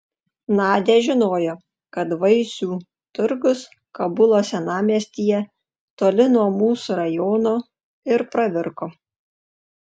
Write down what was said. nadia žinojo kad vaisių turgus kabulo senamiestyje toli nuo mūsų rajono ir pravirko